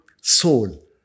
soul